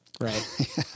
Right